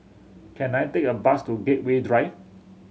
can I take a bus to Gateway Drive